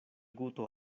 guto